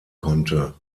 konnte